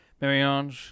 marianne